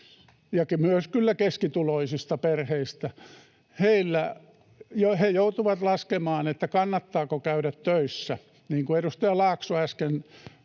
kyllä keskituloisista perheistä. He joutuvat laskemaan, kannattaako käydä töissä. Niin kuin edustaja Laakso äsken hyvin